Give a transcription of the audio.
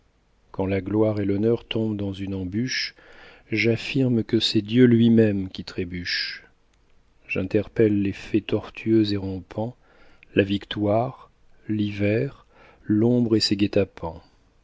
quand la gloire et l'honneur tombent dans une embûche j'affirme que c'est dieu lui-même qui trébuche j'interpelle les faits tortueux et rampants la victoire l'hiver l'ombre et ses guet-apens